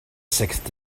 sixth